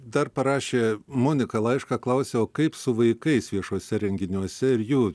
dar parašė monika laišką klausia o kaip su vaikais viešuose renginiuose ir jų